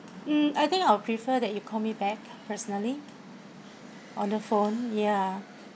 mm I think I'll prefer that you call me back personally on the phone ya